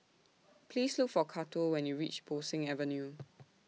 Please Look For Cato when YOU REACH Bo Seng Avenue